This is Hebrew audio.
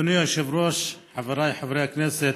אדוני היושב-ראש, חבריי חברי הכנסת,